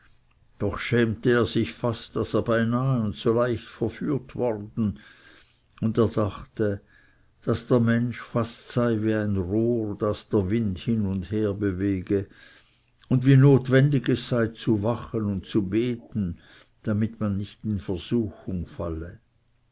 doch schämte er sich fast daß er beinahe und so leicht verführt worden und er dachte daß der mensch fast sei wie ein rohr das der wind hin und herbewege und wie notwendig es sei zu wachen und zu beten damit man nicht in versuchung falle